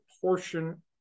portion